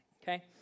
okay